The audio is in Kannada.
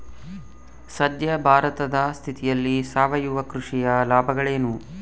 ಸದ್ಯ ಭಾರತದ ಸ್ಥಿತಿಯಲ್ಲಿ ಸಾವಯವ ಕೃಷಿಯ ಲಾಭಗಳೇನು?